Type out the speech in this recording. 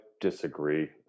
disagree